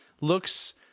looks